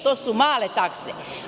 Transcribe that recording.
To su male takse.